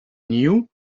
knew